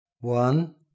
One